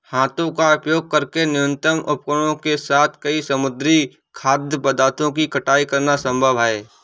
हाथों का उपयोग करके न्यूनतम उपकरणों के साथ कई समुद्री खाद्य पदार्थों की कटाई करना संभव है